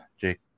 Jake